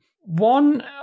One